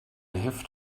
heft